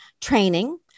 training